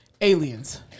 Aliens